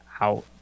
out